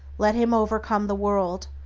let him overcome the world,